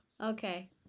Okay